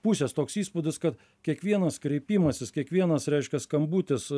pusės toks įspūdis kad kiekvienas kreipimasis kiekvienas reiškia skambutis